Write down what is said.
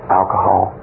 alcohol